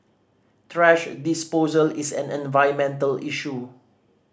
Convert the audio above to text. thrash disposal is an environmental issue